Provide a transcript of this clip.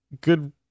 good